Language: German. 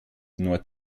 nord